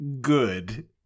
good